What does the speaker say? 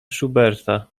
schuberta